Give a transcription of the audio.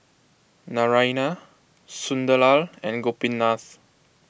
Naraina Sunderlal and Gopinath